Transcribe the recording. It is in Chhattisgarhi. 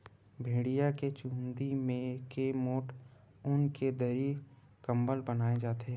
भेड़िया के चूंदी के मोठ ऊन के दरी, कंबल बनाए जाथे